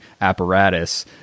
apparatus